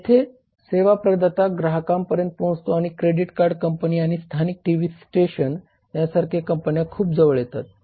येथे सेवा प्रदाता ग्राहकांपर्यंत पोहोचतो आणि क्रेडिट कार्ड कंपनी आणि स्थानिक टीव्ही स्टेशन सारख्या कंपन्या खूप जवळ येतात